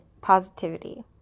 positivity